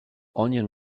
onion